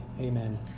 Amen